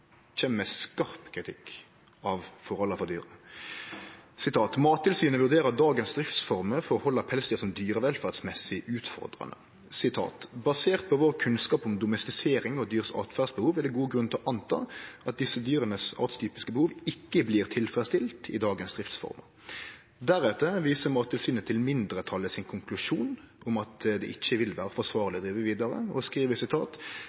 kjem med skarp kritikk av forholda for dyr: «Mattilsynet vurderer dagens driftsformer for hold av pelsdyr som dyrevelferdsmessig utfordrende.» «Basert på vår kunnskap om domestisering og dyrs atferdsbehov er det god grunn til å anta at disse dyrenes artstypiske behov ikke blir tilfredsstilt i dagens driftsformer.» Deretter viser Mattilsynet til mindretalets konklusjon om at det ikkje vil vere forsvarleg å drive vidare, og